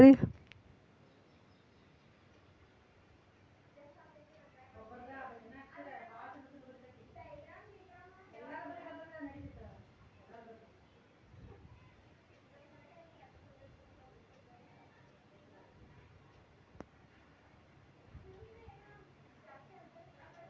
Online ದಾಗ ಒಂದ್ mobile ತಗೋಬೇಕ್ರಿ ಫೋನ್ ಪೇ ಮಾಡಿದ್ರ ಬರ್ತಾದೇನ್ರಿ?